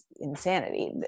insanity